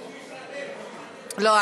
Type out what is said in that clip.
לא,